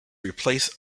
replace